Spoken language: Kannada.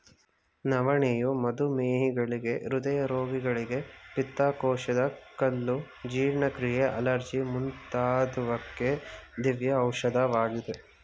ನವಣೆಯು ಮಧುಮೇಹಿಗಳಿಗೆ, ಹೃದಯ ರೋಗಿಗಳಿಗೆ, ಪಿತ್ತಕೋಶದ ಕಲ್ಲು, ಜೀರ್ಣಕ್ರಿಯೆ, ಅಲರ್ಜಿ ಮುಂತಾದುವಕ್ಕೆ ದಿವ್ಯ ಔಷಧವಾಗಿದೆ